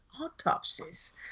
autopsies